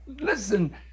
Listen